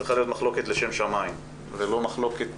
צריכה להיות מחלוקת לשם שמים ולא מחלוקת